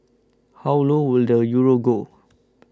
how low will the Euro go